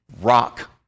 rock